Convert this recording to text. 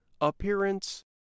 appearance